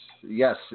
Yes